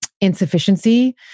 insufficiency